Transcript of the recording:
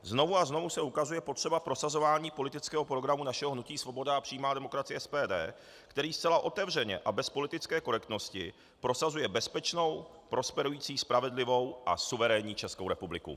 Znovu a znovu se ukazuje potřeba prosazování politického programu našeho hnutí Svoboda a přímá demokracie, SPD, který zcela otevřeně a bez politické korektnosti prosazuje bezpečnou, prosperující, spravedlivou a suverénní Českou republiku.